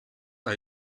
are